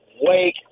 Wake